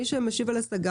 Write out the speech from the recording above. מי שמשיב על השגה,